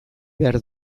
behar